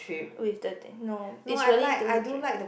with the eh no it's really to drink